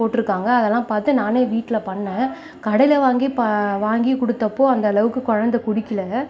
போட்டிருக்காங்க அதலாம் பார்த்து நானே வீட்டில் பண்ணேன் கடையில் வாங்கி வாங்கி கொடுத்தப்போ அந்தளவுக்கு குழந்த குடிக்கல